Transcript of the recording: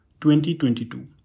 2022